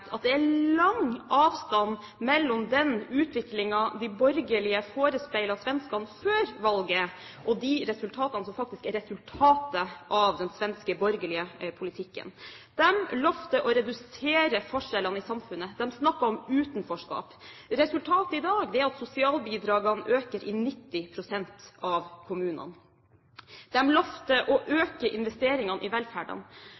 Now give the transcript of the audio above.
at det er lang avstand mellom den utviklingen de borgerlige forespeilte svenskene før valget, og resultatene av den svenske borgerlige politikken. De lovte å redusere forskjellene i samfunnet. De snakket om utenforskap. Resultatet i dag er at sosialbidragene øker i 90 pst. av kommunene. De lovte å